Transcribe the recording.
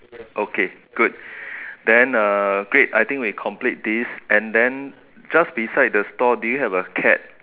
okay good then uh great I think we complete this and then just beside the store do you have a cat